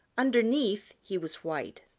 underneath he was white.